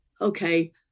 okay